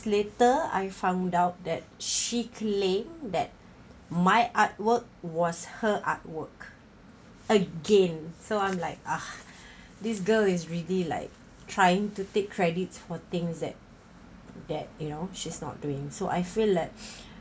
later I found out that she claim that my artwork was her artwork again so I'm like ah this girl is really like trying to take credit for things that that you know she's not doing so I feel like